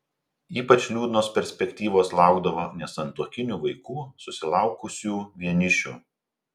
ypač liūdnos perspektyvos laukdavo nesantuokinių vaikų susilaukusių vienišių